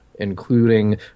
including